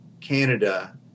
Canada